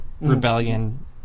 rebellion